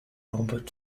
robert